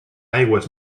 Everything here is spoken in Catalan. aigües